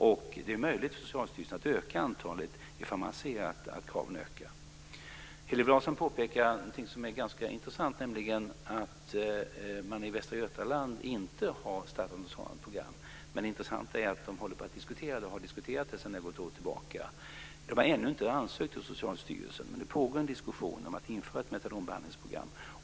Det är också möjligt för Socialstyrelsen att öka antalet ifall man ser att kraven ökar. Hillevi Larsson påpekar någonting som är ganska intressant, nämligen att man i Västra Götaland inte har startat något sådant program. Intressant är dock att man håller på och diskuterar detta sedan något år tillbaka. Man har ännu inte ansökt om detta hos Socialstyrelsen, men det pågår en diskussion om att införa ett metadonbehandlingsprogram.